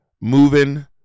moving